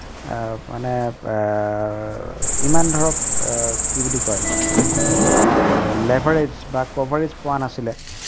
মানে ইমান ধৰক কি বুলি কয় লেভাৰেজ বা কভাৰেজ পোৱা নাছিলে